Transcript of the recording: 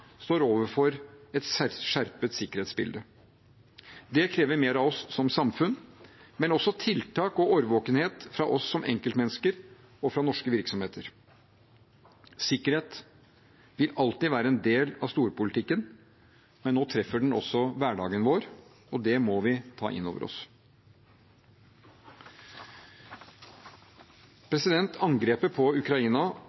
står overfor et skjerpet sikkerhetsbilde. Det krever mer av oss som samfunn, men også tiltak og årvåkenhet fra oss som enkeltmennesker og fra norske virksomheter. Sikkerhet vil alltid være en del av storpolitikken, men nå treffer den også hverdagen vår, og det må vi ta inn over oss.